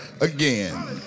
again